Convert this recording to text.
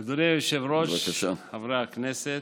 אדוני היושב-ראש, חברי הכנסת,